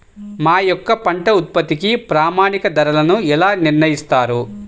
మా యొక్క పంట ఉత్పత్తికి ప్రామాణిక ధరలను ఎలా నిర్ణయిస్తారు?